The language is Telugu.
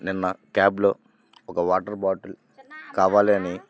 నిన్న క్యాబ్లో ఒక వాటర్ బాటిల్ కావాలి అని